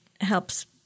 helps